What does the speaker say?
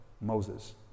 Moses